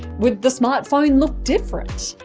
would the smartphone look different?